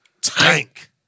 Tank